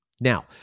Now